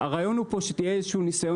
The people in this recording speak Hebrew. הרעיון הוא פה שיהיה איזה שהוא ניסיון